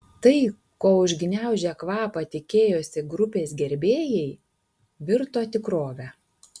tai ko užgniaužę kvapą tikėjosi grupės gerbėjai virto tikrove